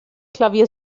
klavier